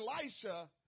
Elisha